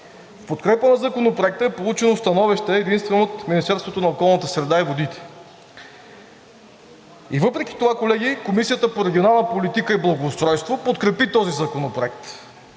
подкрепа на Законопроекта е получено становище единствено от Министерството на околната среда и водите. И въпреки това, колеги, Комисията по регионална политика и благоустройство подкрепи този законопроект.